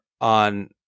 on